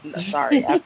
sorry